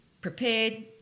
prepared